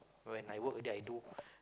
when I work already I do